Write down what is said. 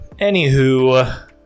anywho